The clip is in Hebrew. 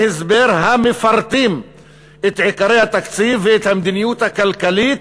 הסבר המפרטים את עיקרי התקציב ואת המדיניות הכלכלית